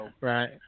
right